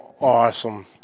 Awesome